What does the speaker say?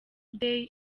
day